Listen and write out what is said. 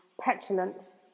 petulant